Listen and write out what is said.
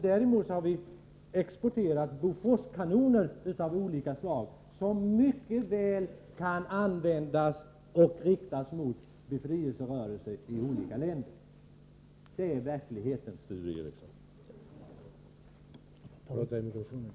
Däremot har vi exporterat Boforskanoner av olika slag, som mycket väl kan riktas mot befrielserörelser i olika länder. — Det är verkligheten, Sture Ericson.